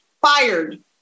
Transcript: fired